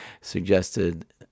suggested